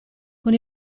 con